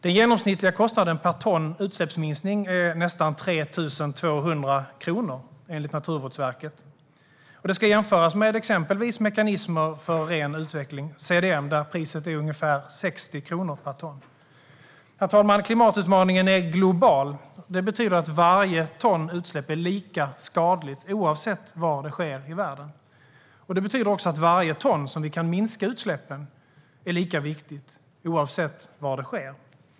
Den genomsnittliga kostnaden per ton minskade utsläpp är nästan 3 200 kronor enligt Naturvårdsverket. Det ska jämföras med exempelvis mekanismer för ren utveckling, CDM, där priset är ungefär 60 kronor per ton. Herr talman! Klimatutmaningen är global. Det betyder att varje ton utsläpp är lika skadligt oavsett var det sker i världen. Det betyder också att varje ton som vi kan minska utsläppen är lika viktigt oavsett var det sker.